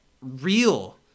real